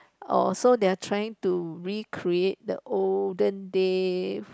oh so they're trying to recreate the olden day